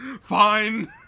fine